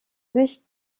sich